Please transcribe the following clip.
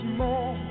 more